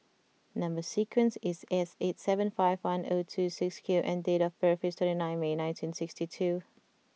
number sequence is S eight seven five one zero two six Q and date of birth is twenty nine May nineteen sixty two